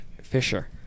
Fisher